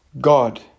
God